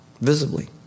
visibly